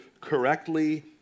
correctly